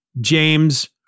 James